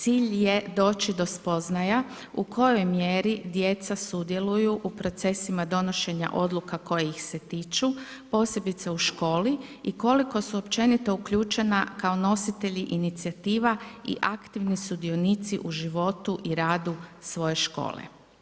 Cilj je doći do spoznaja u kojoj mjeri djeca sudjeluju u procesima donošenja odluka koja ih se tiču, posebice u školi i koliko su općenito uključena kao nositelji inicijativa i aktivni sudionici u životu i radu svoje škole.